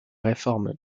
réforme